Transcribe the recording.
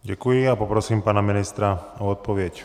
Děkuji a poprosím pana ministra o odpověď.